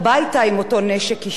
גם כאשר הם עושים מילואים,